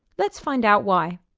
let's find out why.